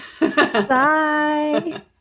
bye